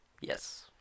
Yes